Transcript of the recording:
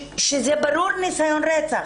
שזה ברור ניסיון רצח.